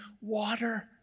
water